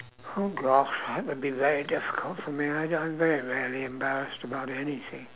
oh gosh it would be very difficult for me I do~ I'm very rarely embarrassed about anything